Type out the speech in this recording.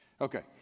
Okay